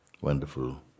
Wonderful